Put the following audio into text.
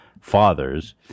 fathers